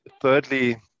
thirdly